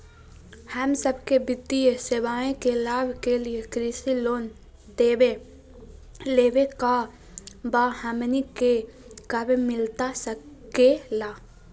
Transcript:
हम सबके वित्तीय सेवाएं के लाभ के लिए कृषि लोन देवे लेवे का बा, हमनी के कब मिलता सके ला?